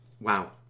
Wow